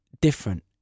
different